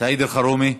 סעיד אלחרומי,